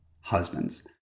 husbands